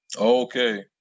Okay